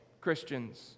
Christians